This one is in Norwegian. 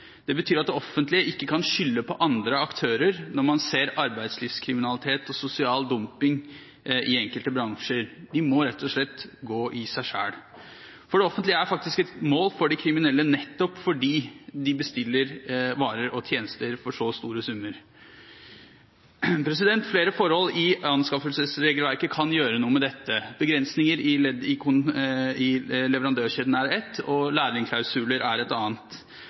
Det betyr at det offentlige ikke kan skylde på andre aktører når man ser arbeidslivskriminalitet og sosial dumping i enkelte bransjer. De må rett og slett gå i seg selv. Det offentlige er faktisk et mål for de kriminelle nettopp fordi de bestiller varer og tjenester for så store summer. Flere forhold i anskaffelsesregelverket kan gjøre noe med dette. Begrensninger på leverandørsiden er ett forhold, og lærlingklausuler er et annet.